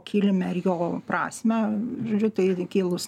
kilmę ir jo prasmę žodžiu tai kilus